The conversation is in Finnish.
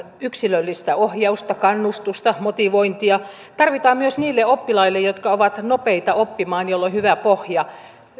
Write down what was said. yksilöllistä ohjausta kannustusta motivointia tarvitaan myös niille oppilaille jotka ovat nopeita oppimaan ja joilla on hyvä pohja